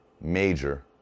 major